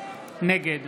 נגד